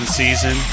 season